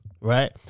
right